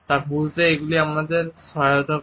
তা বুঝতে এগুলি আমাদের সহায়তা করে